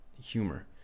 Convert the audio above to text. humor